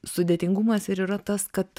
sudėtingumas ir yra tas kad